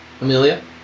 Amelia